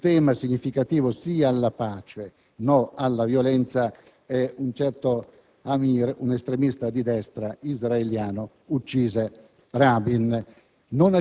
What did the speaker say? su un tema significativo "sì alla pace, no alla violenza", un certo Amir, un estremista di destra israeliano, uccise Rabin.